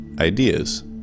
ideas